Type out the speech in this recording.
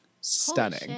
stunning